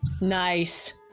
Nice